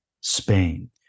Spain